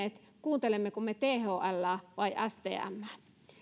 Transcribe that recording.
ole tienneet kuuntelemmeko me thlää vai stmää